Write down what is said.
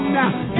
now